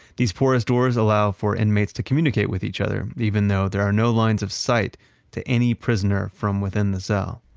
these porous doors allow for inmates to communicate with each other, even though there are no lines of sight to any prisoner from within the cell.